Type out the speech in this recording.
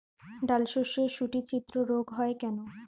ডালশস্যর শুটি ছিদ্র রোগ হয় কেন?